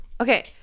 okay